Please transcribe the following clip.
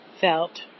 felt